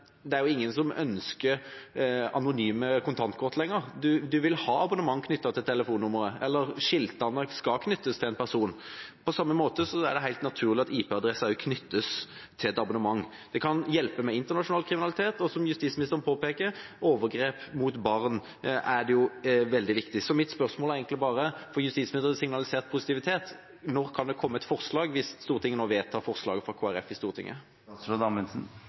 ingen som ønsker anonyme kontantkort lenger. Man vil ha et abonnement knyttet til telefonnummeret. Skiltene skal knyttes til en person. På samme måte er det helt naturlig at også IP-adresser knyttes til et abonnement. Det kan hjelpe mot internasjonal kriminalitet, og som justisministeren påpeker: Når det gjelder overgrep mot barn, er det veldig viktig. Mitt spørsmål er egentlig bare for å få justisministeren til å signalisere positivitet: Når kan det komme et forslag hvis Stortinget nå vedtar forslaget fra Kristelig Folkeparti? Jeg har allerede i brev til Stortinget